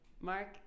Mark